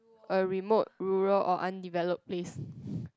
a remote rural or undeveloped place